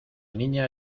niña